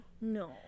no